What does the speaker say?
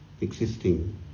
existing